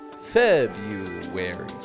February